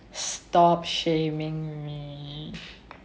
stop shaming me